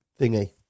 thingy